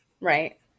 Right